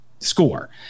score